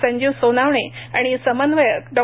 संजीव सोनावणे आणि समन्वयक डॉ